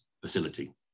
facility